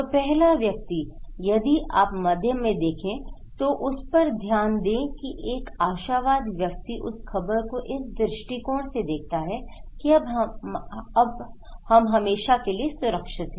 तो पहला व्यक्ति यदि आप मध्य में देखते हैं तो इस पर ध्यान दे की एक आशावाद व्यक्ति उस खबर को इस दृष्टिकोण से देखता है की अब हम हमेशा के लिए सुरक्षित हैं